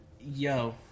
Yo